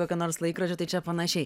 kokio nors laikrodžio tai čia panašiai